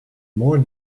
more